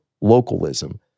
localism